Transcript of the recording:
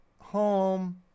home